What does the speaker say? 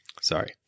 Sorry